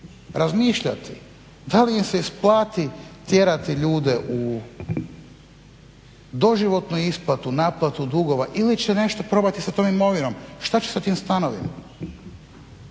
razmišljati da li se isplati tjerati ljude u doživotnu isplatu, naplatu dugova ili će nešto probati sa tom imovinom. Šta će sa tim stanovima?